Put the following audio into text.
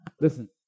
Listen